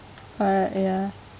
ya